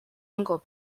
uncle